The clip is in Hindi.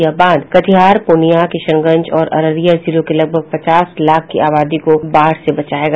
यह बांध कटिहार पूर्णिया किशनगंज और अररिया जिलों के लगभग पचास लाख की आबादी को बाढ़ से बचायेगा